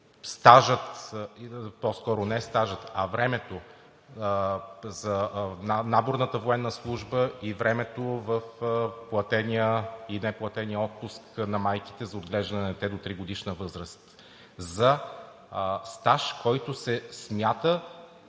се допуска и признава времето за наборната военна служба и времето в платения и неплатения отпуск на майките за отглеждане на дете до 3-годишна възраст за стаж, който се смята